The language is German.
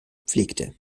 pflegte